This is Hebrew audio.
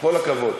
בכל הכבוד.